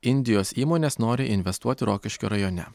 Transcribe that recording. indijos įmonės nori investuoti rokiškio rajone